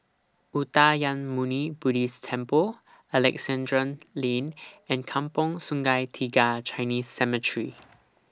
Uttamayanmuni Buddhist Temple Alexandra Lane and Kampong Sungai Tiga Chinese Cemetery